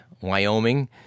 Wyoming